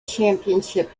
championship